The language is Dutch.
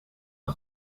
een